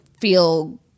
feel